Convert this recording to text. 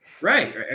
Right